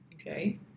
okay